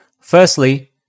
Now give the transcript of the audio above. Firstly